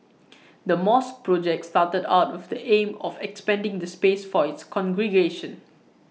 the mosque project started out with the aim of expanding the space for its congregation